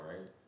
right